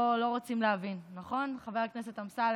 פה לא רוצים להבין, נכון, חבר הכנסת אמסלם?